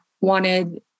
wanted